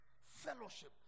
Fellowship